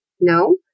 No